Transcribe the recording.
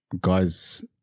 guys